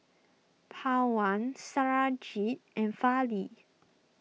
Pawan Satyajit and Fali